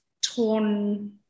torn